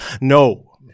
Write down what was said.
No